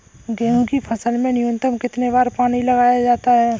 गेहूँ की फसल में न्यूनतम कितने बार पानी लगाया जाता है?